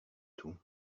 tout